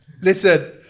listen